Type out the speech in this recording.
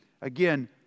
Again